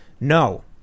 No